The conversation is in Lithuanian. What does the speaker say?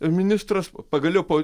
ministras pagaliau po